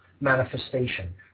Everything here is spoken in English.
manifestation